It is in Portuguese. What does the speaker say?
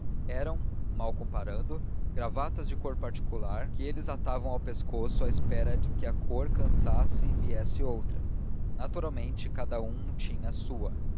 eram mal comparando gravatas de cor particular que eles atavam ao pescoço à espera que a cor cansasse e viesse outra naturalmente cada um tinha a sua